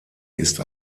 ist